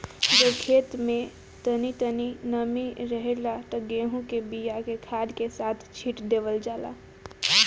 जब खेत में तनी तनी नमी रहेला त गेहू के बिया के खाद के साथ छिट देवल जाला